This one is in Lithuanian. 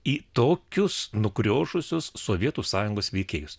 į tokius nukriošusius sovietų sąjungos veikėjus